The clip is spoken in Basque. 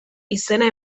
izena